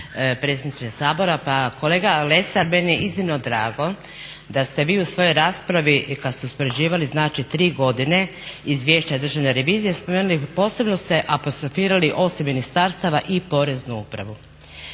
predsjedniče Sabora. Pa kolega Lesar, meni je iznimno drago da ste vi u svojoj raspravi i kada ste uspoređivali znači 3 godine izvješća državne revizije spomenuli, posebno ste apostrofirali osim ministarstava i poreznu upravu.